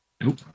Nope